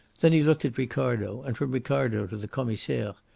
then he looked at ricardo, and from ricardo to the commissaire,